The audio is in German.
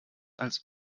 als